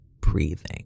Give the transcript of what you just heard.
breathing